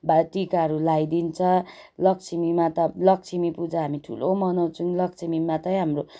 भाइ टिकाहरू लाइदिन्छ लक्ष्मी माता लक्ष्मी पूजा हामी ठुलो मनाउँछौँ लक्ष्मी मातै हाम्रो